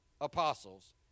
apostles